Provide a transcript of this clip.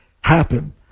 happen